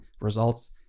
results